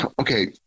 okay